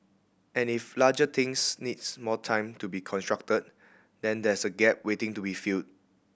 and if larger things needs more time to be constructed then there's a gap waiting to be filled